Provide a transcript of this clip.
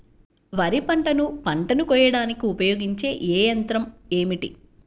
వరిపంటను పంటను కోయడానికి ఉపయోగించే ఏ యంత్రం ఏమిటి?